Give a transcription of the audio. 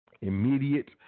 Immediate